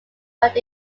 worked